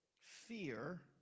Fear